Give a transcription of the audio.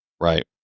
right